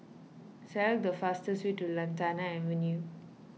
select the fastest way to Lantana Avenue